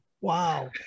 wow